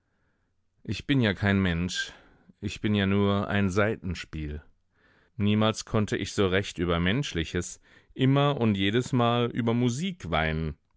ich bin ja kein mensch ich bin ja nur ein saitenspiel niemals konnte ich so recht über menschliches immer und jedesmal über musik weinen